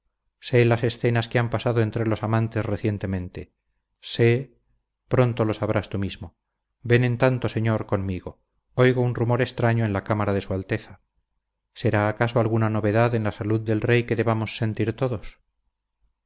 sé las escenas que han pasado entre los amantes recientemente sé pronto lo sabrás tú mismo ven en tanto señor conmigo oigo un rumor extraño en la cámara de su alteza será acaso alguna novedad en la salud del rey que debamos sentir todos